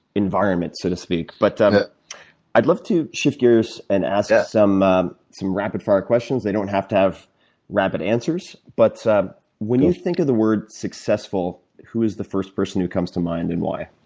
environment, so to speak. but i'd love to shift gears and ask yeah some ah some rapid-fire questions. they don't have to have rapid answers. but ah when you think of the word successful, who is the first person who comes to mind and why?